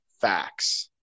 facts